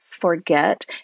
forget